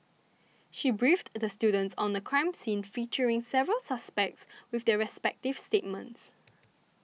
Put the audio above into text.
she briefed the students on a crime scene featuring several suspects with their respective statements